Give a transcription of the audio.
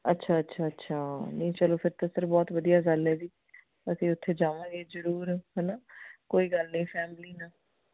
ਅੱਛਾ ਅੱਛਾ ਅੱਛਾ ਨਹੀਂ ਚਲੋ ਫਿਰ ਤਾਂ ਬਹੁਤ ਵਧੀਆ ਗੱਲ ਹੈ ਜੀ ਅਤੇ ਉੱਥੇ ਜਾਵਾਂਗੇ ਜ਼ਰੂਰ ਹੈ ਨਾ ਕੋਈ ਗੱਲ ਨਹੀਂ ਫੈਮਲੀ ਆ